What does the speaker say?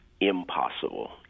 impossible